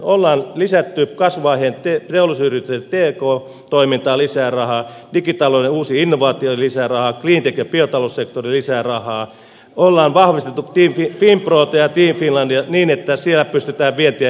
ollaan lisätty kasvuvaiheen teollisuusyritysten t k toimintaan lisää rahaa digitalouden uusiin innovaatioihin lisää rahaa cleantech ja biotaloussektorille lisää rahaa ollaan vahvistettu finprota ja team finlandia niin että siellä pystytään vientiä edistämään